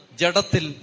jadatil